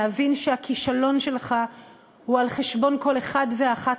להבין שהכישלון שלך הוא על חשבון כל אחד ואחת